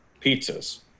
pizzas